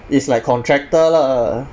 it's like contractor lah